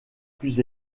plus